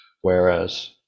Whereas